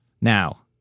Now